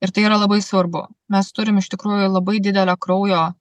ir tai yra labai svarbu mes turim iš tikrųjų labai didelę kraujo